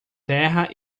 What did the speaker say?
terra